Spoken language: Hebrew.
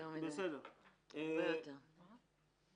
יותר מדי, הרבה יותר מדי.